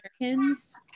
Americans